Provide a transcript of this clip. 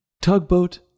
tugboat